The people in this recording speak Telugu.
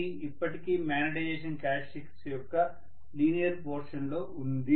ఇది ఇప్పటికీ మ్యాగ్నెటైజేషన్ క్యారెక్టర్స్టిక్స్ యొక్క లీనియర్ పోర్షన్ లో ఉంది